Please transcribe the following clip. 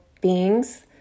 beings